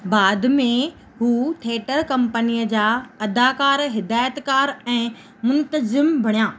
बाद में हू थिएटर कंपनीअ जा अदाकारु हिदायतकार ऐं मुंतज़िम बणिया